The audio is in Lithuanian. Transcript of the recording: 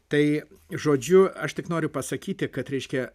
tai žodžiu aš tik noriu pasakyti kad reiškia